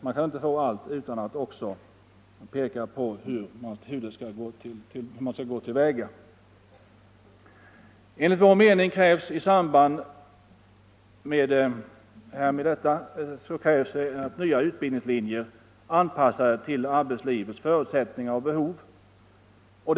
Man kan inte få allt utan att peka på hur man skall gå till väga. Enligt vår mening krävs i samband härmed nya utbildningslinjer anpassade till arbetslivets förutsättningar och behov.